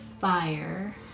fire